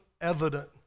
evident